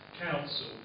council